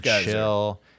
chill